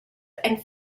and